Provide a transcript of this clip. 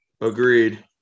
Agreed